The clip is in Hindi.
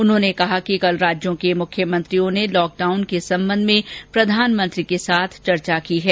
उन्होंने कहा कि कल राज्यों के मुख्यमंत्रियों ने लॉकडाउन के संबंध में प्रधानमंत्री के साथ चर्चा की है